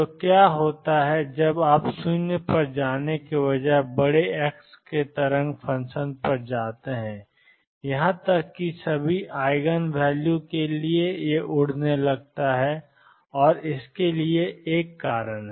तो क्या होता है जब आप 0 पर जाने के बजाय बड़े x एक तरंग फ़ंक्शन पर जाते हैं यहां तक कि सही आइगन वैल्यू के लिए भी यह उड़ने लगता है और इसके लिए एक कारण है